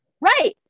Right